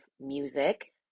music